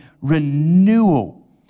renewal